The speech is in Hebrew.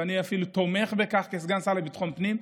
ואני אפילו תומך בכך כסגן שר לביטחון פנים,